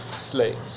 slaves